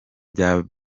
rya